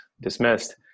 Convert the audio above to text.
dismissed